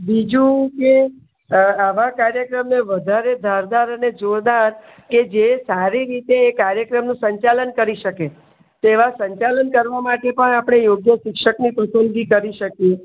બીજું કે આવા કાર્યક્રમને વધારે ધારદાર અને જોરદાર કે જે સારી રીતે કાર્યક્રમનું સંચાલન કરી શકે તેવું સંચાલન કરવા માટે પણ આપણે યોગ્ય શિક્ષકની પસંદગી કરી શકીએ